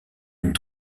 une